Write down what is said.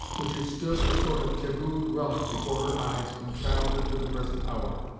which had stood a sort of tabooed relic before her eyes from childhood to the present hour.